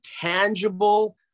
tangible